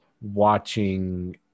watching